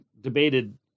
debated